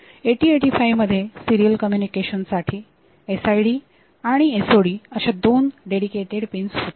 8085 मध्ये सिरीयल कम्युनिकेशनसाठी SID आणि SOD अशा दोन डेडिकेटेड पिन्स होत्या